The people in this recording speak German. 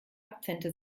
akzente